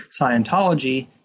Scientology